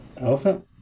Elephant